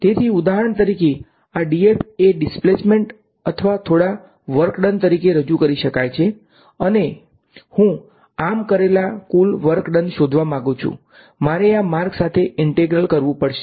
તેથી ઉદાહરણ તરીકે આ "df" એ ડિફરન્સન્ટ અથવા થોડા વર્ક ડન તરીકે રજુ કરી શકાય છે અને હું આમ કરેલા કુલ વર્ક ડન શોધવા માંગું છું મારે આ માર્ગ સાથે ઈંન્ટ્રેગલ કરવું પડશે